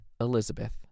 Elizabeth